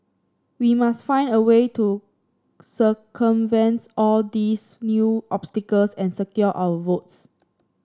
we must find a way to circumvents all these new obstacles and secure our votes